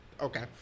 Okay